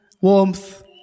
warmth